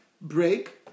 break